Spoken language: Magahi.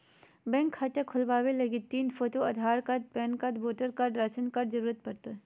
बैंक खाता खोलबावे लगी तीन photo, Aadhaar card, PAN card, voter card, ration card के जरूरत पड़ो हय